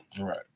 Right